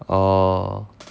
orh